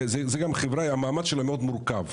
זה גם חברה המעמד שלה מאוד מורכב,